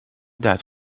duit